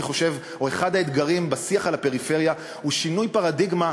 אני חושב שאחד האתגרים בשיח על הפריפריה הוא שינוי פרדיגמה,